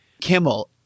Kimmel